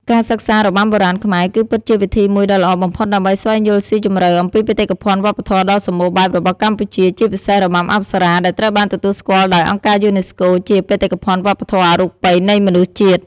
ការសិក្សារបាំបុរាណខ្មែរ គឺពិតជាវិធីមួយដ៏ល្អបំផុតដើម្បីស្វែងយល់ស៊ីជម្រៅអំពីបេតិកភណ្ឌវប្បធម៌ដ៏សម្បូរបែបរបស់កម្ពុជា ជាពិសេស របាំអប្សរា ដែលត្រូវបានទទួលស្គាល់ដោយ អង្គការយូនេស្កូ ជាបេតិកភណ្ឌវប្បធម៌អរូបីនៃមនុស្សជាតិ។